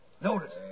Notice